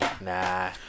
Nah